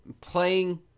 Playing